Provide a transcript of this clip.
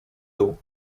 dół